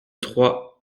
trois